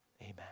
Amen